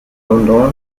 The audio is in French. brendan